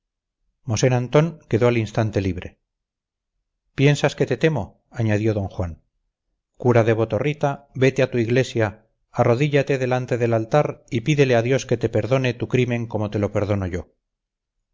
general mosén antón quedó al instante libre piensas que te temo añadió d juan cura de botorrita vete a tu iglesia arrodíllate delante del altar y pídele a dios que te perdone tu crimen como te lo perdono yo